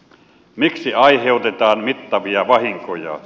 miksi aiheutetaan mittavia vahinkoja